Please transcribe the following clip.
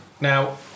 Now